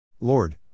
Lord